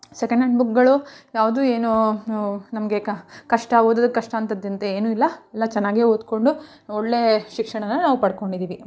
second hand ಬುಕ್ಗಳು ಯಾವುದು ಏನೂ ನಮಗೆ ಕಷ್ಟ ಓದೋದಕ್ಕೆ ಕಷ್ಟ ಅಂತದ್ದೆಂತ ಏನೂ ಇಲ್ಲ ಎಲ್ಲ ಚೆನ್ನಾಗೆ ಓದಿಕೊಂಡು ಒಳ್ಳೆಯ ಶಿಕ್ಷಣವೇ ನಾವು ಪಡ್ಕೊಂಡಿದ್ದೀವಿ